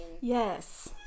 Yes